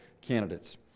candidates